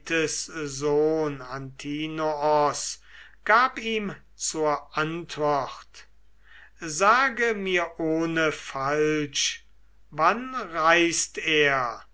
sohn antinoos gab ihm zur antwort sage mir ohne falsch wann reist er